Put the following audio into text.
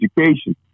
education